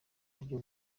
buryo